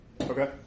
Okay